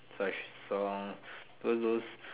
such song those those